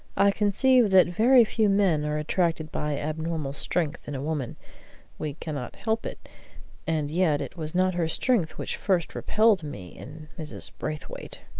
i conceive that very few men are attracted by abnormal strength in a woman we cannot help it and yet it was not her strength which first repelled me in mrs. braithwaite.